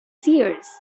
seers